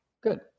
Good